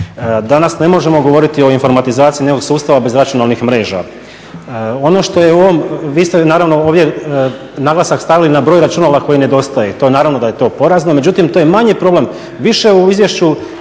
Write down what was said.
Danas ne možemo govoriti o informatizaciji nekog sustava bez računalnih mreža. Ono što je u ovom, vi ste naravno ovdje naglasak stavili na broj računala koji nedostaje. Naravno da je to porazno, međutim to je manji problem, više u izvješću